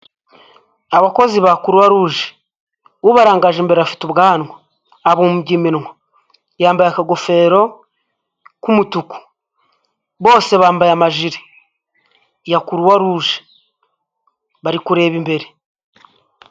Abakozi ba Kuruwa ruje ubarangaje imbere afite ubwanwa, abumbye iminwa, yambaye akagofero k'umutuku, bose bambaye amajire ya Kuruwa ruje bari kureba imbere.